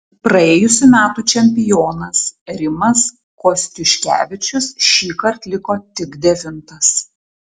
praėjusių metų čempionas rimas kostiuškevičius šįkart liko tik devintas